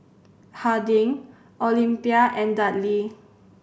Harding Olympia and Dudley